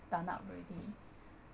done up already